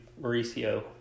Mauricio